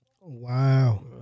wow